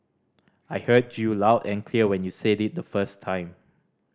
I heard you loud and clear when you said it the first time